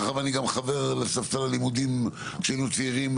מאחר ואני גם חבר לספסל הלימודים כשהיינו צעירים,